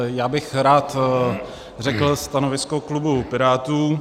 Já bych rád řekl stanovisko klubu Pirátů.